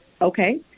okay